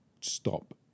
stop